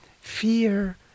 fear